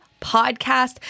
podcast